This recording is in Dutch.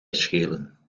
schelen